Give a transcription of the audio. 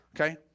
Okay